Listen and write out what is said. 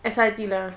S_I_T lah